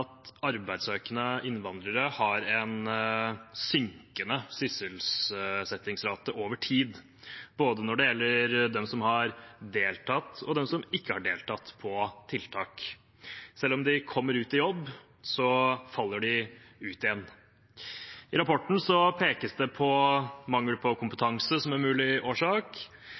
at arbeidssøkende innvandrere har en synkende sysselsettingsrate over tid, når det gjelder både dem som har deltatt på tiltak, og dem som ikke har deltatt. Selv om de kommer ut i jobb, faller de ut igjen. I rapporten pekes det på mangel på kompetanse som en mulig årsak,